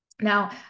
Now